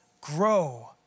Grow